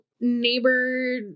neighbor